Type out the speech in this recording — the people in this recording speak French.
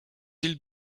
îles